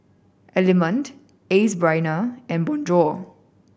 Element Ace Brainery and Bonjour